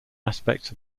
aspects